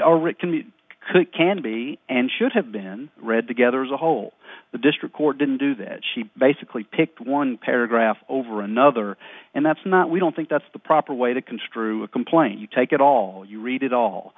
or it can be can be and should have been read together as a whole the district court didn't do that she basically picked one paragraph over another and that's not we don't think that's the proper way to construe a complaint you take it all you read it all